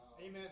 Amen